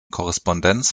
korrespondenz